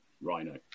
rhino